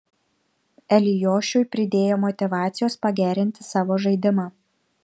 eliošiui pridėjo motyvacijos pagerinti savo žaidimą